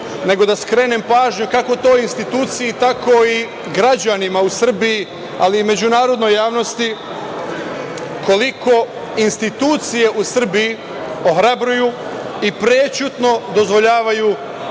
nego da skrenem pažnju kako toj instituciji, tako i građanima u Srbiji, ali i međunarodnoj javnosti koliko institucije u Srbiji ohrabruju i prećutno dozvoljavaju